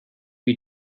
you